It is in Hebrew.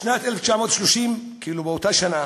בשנת 1930, באותה שנה,